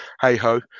hey-ho